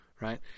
Right